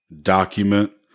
document